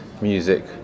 music